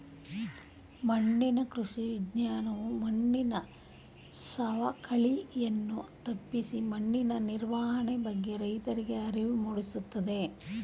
ಮಣ್ಣಿನ ಕೃಷಿ ವಿಜ್ಞಾನವು ಮಣ್ಣಿನ ಸವಕಳಿಯನ್ನು ತಪ್ಪಿಸಿ ಮಣ್ಣಿನ ನಿರ್ವಹಣೆ ಬಗ್ಗೆ ರೈತರಿಗೆ ಅರಿವು ಮೂಡಿಸುತ್ತದೆ